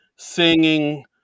singing